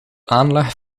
aanleg